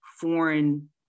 foreign